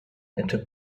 into